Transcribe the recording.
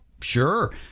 sure